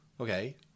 Okay